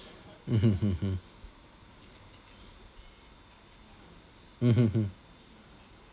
mmhmm hmm mm mmhmm hmm